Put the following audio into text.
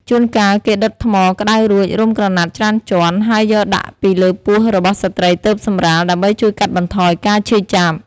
ជួនកាល គេដុតថ្មក្ដៅរួចរុំក្រណាត់ច្រើនជាន់ ហើយយកដាក់ពីលើពោះរបស់ស្ត្រីទើបសម្រាល ដើម្បីជួយកាត់បន្ថយការឈឺចាប់។